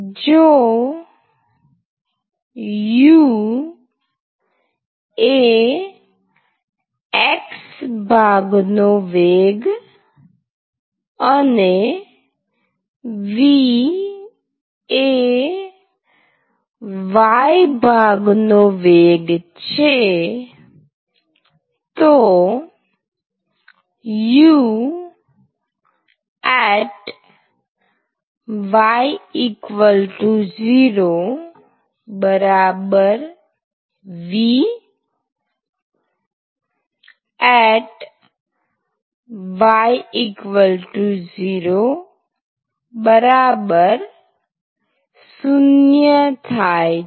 જો u એ x ભાગ નો વેગ અને v એ y ભાગનો વેગ છે તો u y0 v y0 0 થાય છે